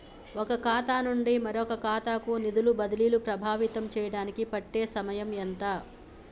ఒక ఖాతా నుండి మరొక ఖాతా కు నిధులు బదిలీలు ప్రభావితం చేయటానికి పట్టే సమయం ఎంత?